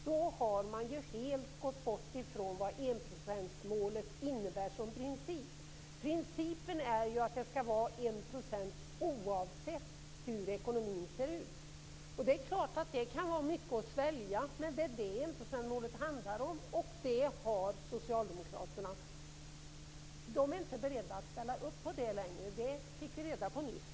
Då har man ju helt gått bort från vad enprocentsmålet innebär som princip. Principen är att det skall vara 1 % oavsett hur ekonomin ser ut. Det är klart att det kan vara mycket att svälja, men det är det enprocentsmålet handlar om. Socialdemokraterna är inte beredda att ställa upp på det längre. Det fick vi reda på nyss.